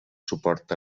suport